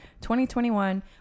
2021